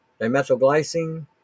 dimethylglycine